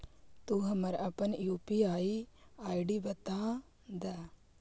तू हमारा अपन यू.पी.आई आई.डी बता दअ